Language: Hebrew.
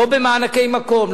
לא במענקי מקום,